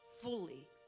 fully